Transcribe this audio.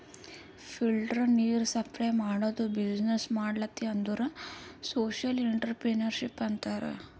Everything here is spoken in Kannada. ಫಿಲ್ಟರ್ ನೀರ್ ಸಪ್ಲೈ ಮಾಡದು ಬಿಸಿನ್ನೆಸ್ ಮಾಡ್ಲತಿ ಅಂದುರ್ ಸೋಶಿಯಲ್ ಇಂಟ್ರಪ್ರಿನರ್ಶಿಪ್ ಅಂತಾರ್